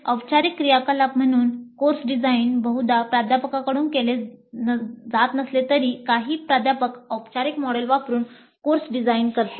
औपचारिक क्रियाकलाप म्हणून कोर्स डिझाइन बहुधा प्राध्यापकांकडून केले जात नसले तरी काही प्राध्यापक औपचारिक मॉडेल वापरुन कोर्स डिझाइन करतात